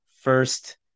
first